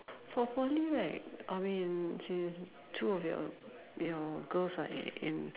for Poly right I mean which is two of your your girls are at in